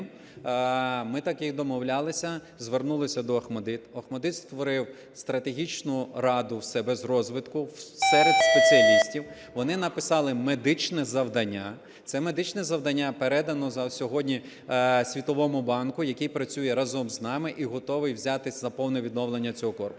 Ми так, як домовлялися, звернулися до Охматдиту, Охматдит створив стратегічну раду в себе з розвитку серед спеціалістів. Вони написали медичне завдання. Це медичне завдання передано сьогодні Світовому банку, який працює разом з нами і готовий взятись за повне відновлення цього корпусу.